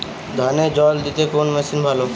ধানে জল দিতে কোন মেশিন ভালো?